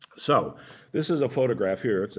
so this is a photograph here.